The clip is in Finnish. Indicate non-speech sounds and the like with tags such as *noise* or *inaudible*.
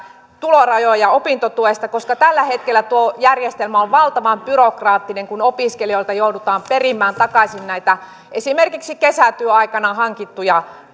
tulorajoja opintotuesta koska tällä hetkellä tuo järjestelmä on valtavan byrokraattinen kun opiskelijoilta joudutaan perimään takaisin esimerkiksi kesätyöaikana hankittuja *unintelligible*